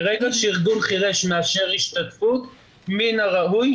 ברגע שארגון של חירשים מאשר השתתפות מן הראוי,